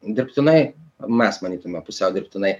dirbtinai mes manytume pusiau dirbtinai